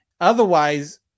otherwise